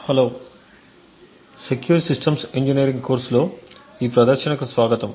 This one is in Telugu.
హలో సెక్యూర్ సిస్టమ్స్ ఇంజనీరింగ్ కోర్సులో ఈ ప్రదర్శనకు స్వాగతం